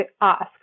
ask